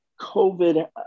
COVID